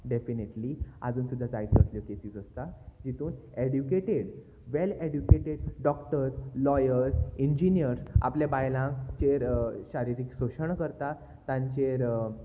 definitely आजून सुद्दां जायत्यो असल्यो केसीस आसता जितून educated well educated doctors lawyers engineers आपल्या बायलांचेर शारिरीक शोशण करता तांचेर